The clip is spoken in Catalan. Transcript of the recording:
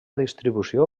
distribució